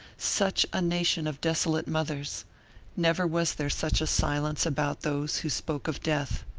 such a nation of desolate mothers never was there such a silence about those who spoke of death.